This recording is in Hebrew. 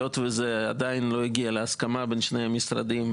היות שזה עדיין לא הגיע להסכמה בין שני המשרדים,